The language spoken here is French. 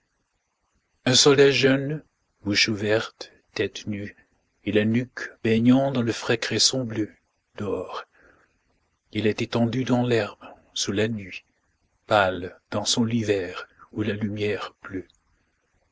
un soldat jeune bouche ouverte tête nue et la nuque baignant dans le frais cresson bleu dort il est étendu dans l'herbe sous la nue pâle dans son lit vert où la lumière pleut